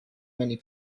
many